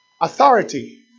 authority